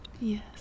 yes